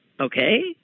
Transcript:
okay